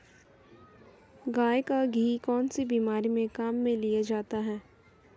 गाय का घी कौनसी बीमारी में काम में लिया जाता है?